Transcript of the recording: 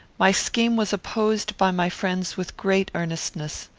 my scheme was opposed by my friends with great earnestness.